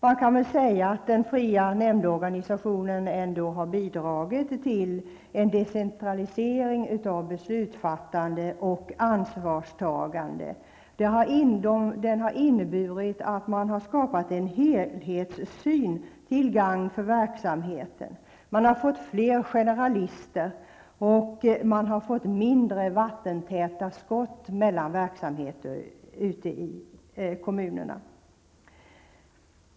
Man kan säga att den fria nämndorganisationen har bidragit till en decentralisering av beslutsfattande och ansvarstagande. Den har inneburit att man har skapat en helhetssyn till gagn för verksamheten. Man har fått fler generalister och mindre vattentäta skott mellan verksamheter ute i kommunerna.